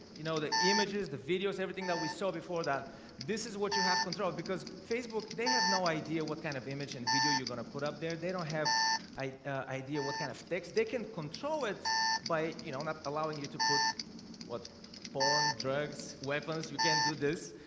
you know the images the videos everything that we saw before that this is what you have control because facebook they have no idea what kind of image and video you're gonna put up there? they don't have idea, what kind of text they can control it by you know not allowing you to put what pouring drugs weapons you can't do this,